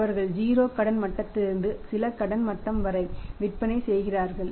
அவர்கள் 0 கடன் மட்டத்திலிருந்து சில கடன் மட்டம் வரை விற்பனை செய்கிறார்கள்